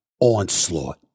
onslaught